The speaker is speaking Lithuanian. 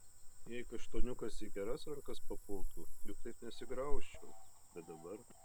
jei kaštoniukas į geras rankas papultų juk taip nesigraužčiau bet dabar